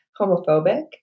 homophobic